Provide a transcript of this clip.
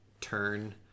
turn